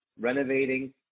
renovating